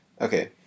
Okay